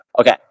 Okay